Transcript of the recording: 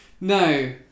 No